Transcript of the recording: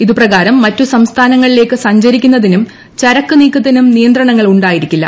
ഇതു പ്രകാരം മറ്റു സംസ്ഥാനങ്ങളിലേക്ക് സഞ്ചരിക്കുന്നതിനും ചരക്കു നീക്കത്തിനും നിയന്ത്രണങ്ങൾ ഉണ്ടായിരിക്കില്ല